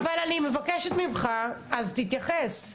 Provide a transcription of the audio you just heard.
אבל אני מבקשת ממך אז תתייחס.